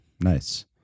Nice